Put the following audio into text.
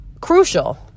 crucial